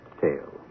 tale